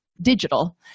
digital